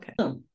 okay